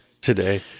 today